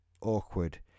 awkward